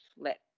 let